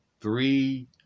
three